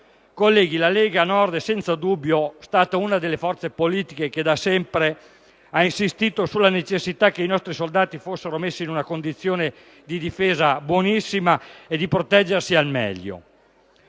Colleghi, la Lega Nord è stata senza dubbio una delle forze politiche che da sempre ha insistito sulla necessità che i nostri soldati fossero messi in una ottima condizione di difesa e di potersi proteggere al meglio.